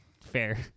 Fair